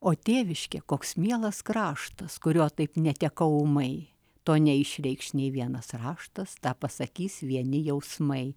o tėviškė koks mielas kraštas kurio taip netekau ūmai to neišreikš nei vienas raštas tą pasakys vieni jausmai